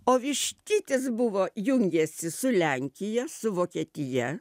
o vištytis buvo jungėsi su lenkija su vokietija